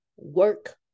Work